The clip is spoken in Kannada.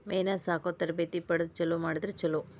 ಮೇನಾ ಸಾಕು ತರಬೇತಿ ಪಡದ ಚಲುವ ಮಾಡಿದ್ರ ಚುಲೊ